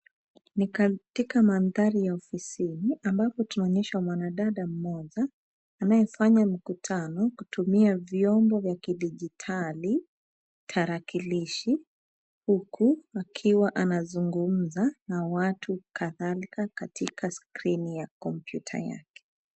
Ni katika mandhari ya ofisini ambapo tunaonyeshwa mwanadada mmoja anayefanya mkutano kutumia vyombo vya kidijitali, tarakilishi huku akiwa anazungumza na watu kadhalika katika skrini ya kompyuta yake.